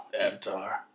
Avatar